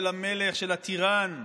של המלך, של הטירן,